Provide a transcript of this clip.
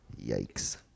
Yikes